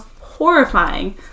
horrifying